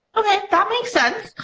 okay, that makes sense.